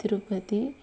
Tirupati